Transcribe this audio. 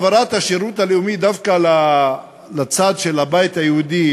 העברת השירות הלאומי דווקא לצד של הבית היהודי,